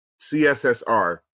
CSSR